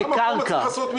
לא, זה ימות לבד.